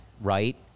right